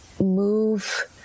move